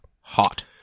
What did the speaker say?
hot